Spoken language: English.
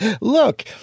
Look